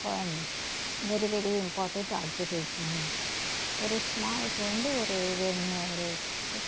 இப்போ very very important advertisement ஒரு ஸ்மா இப்போ வந்து ஒரு இது ஒரு ஒரு